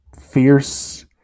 fierce